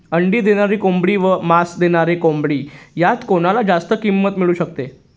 अंडी देणारी कोंबडी व मांस देणारी कोंबडी यात कोणाला जास्त किंमत मिळू शकते?